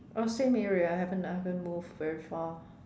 uh same area I haven't I haven't moved very far